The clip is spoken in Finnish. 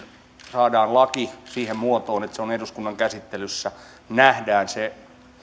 ensin saadaan laki siihen muotoon että se on eduskunnan käsittelyssä niin nähdään se